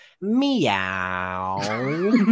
Meow